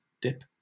dip